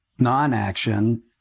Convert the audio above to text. Non-action